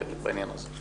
בעניין הזה.